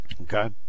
Okay